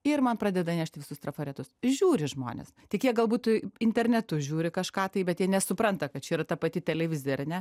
ir man pradeda nešt visus trafaretus žiūri žmonės tik jie galbūt internetu žiūri kažką tai bet jie nesupranta kad čia yra ta pati televizija ar ne